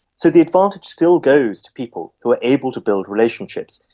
so the advantage still goes to people who are able to build relationships,